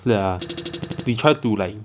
是啊你 try to like